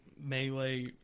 melee